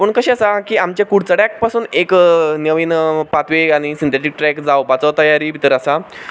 पूण कशें आसा की आमच्या कुडचड्याक पसून एक नवीन पाथवे आनी सिंथेथीक ट्रॅक जावपाचो तयारी भितर आसा